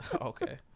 Okay